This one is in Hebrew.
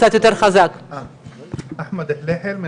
שמי אחמד חליחל,